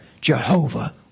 Jehovah